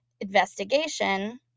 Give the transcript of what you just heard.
investigation